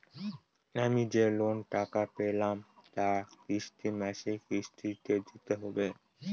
আমি যে লোন টা পেলাম তা কি মাসিক কিস্তি তে দিতে হবে?